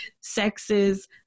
sexes